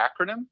acronym